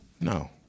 No